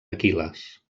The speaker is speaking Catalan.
aquil·les